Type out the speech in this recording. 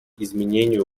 изменению